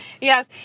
Yes